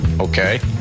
okay